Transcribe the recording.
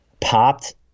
popped